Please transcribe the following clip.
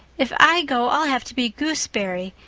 if i go i'll have to be gooseberry,